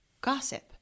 gossip